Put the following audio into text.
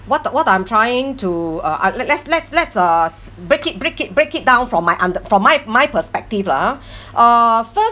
what I what I'm trying to uh uh let let's let's let us break it break it break it down from my under from my my perspective lah ah uh first